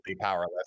powerless